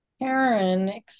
Karen